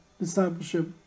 discipleship